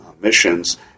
missions